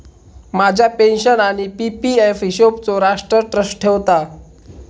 माझ्या पेन्शन आणि P P F हिशोबचो राष्ट्र ट्रस्ट ठेवता